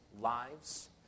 lives